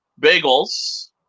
bagels